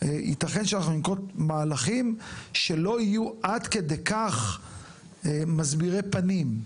ייתכן שאנחנו ננקוט מהלכים שלא יהיו עד כדי כך מסבירי פנים.